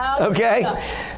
Okay